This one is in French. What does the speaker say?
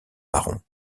marrons